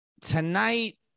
Tonight